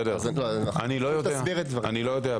לא יודע.